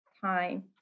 time